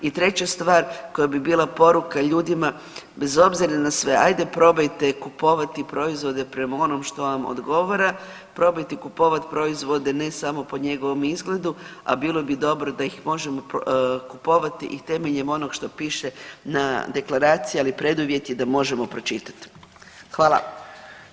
I treća stvar koja bi bila poruka ljudima bez obzira na sve, hajde probajte kupovati proizvode prema onom što vam odgovara, probajte kupovati proizvode ne samo po njegovom izgledu, a bilo bi dobro da ih možemo kupovati i temeljem onog što piše na deklaraciji ali preduvjet je da možemo pročitati.